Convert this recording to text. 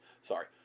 Sorry